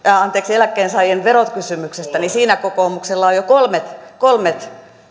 eläkkeensaajien verokysymyksestä niin siinä kokoomuksella on jo kolmet kolmet